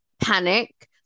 panic